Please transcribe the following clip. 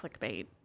clickbait